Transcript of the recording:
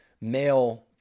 male